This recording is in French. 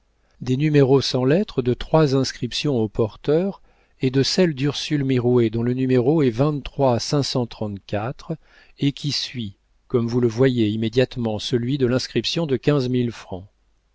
des numéros sans lettres de trois inscriptions au porteur et de celle d'ursule mirouët dont le numéro est et qui suit comme vous le voyez immédiatement celui de l'inscription de